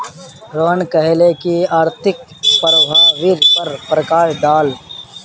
रोहन कहले की आर्थिक प्रभावेर पर प्रकाश डाल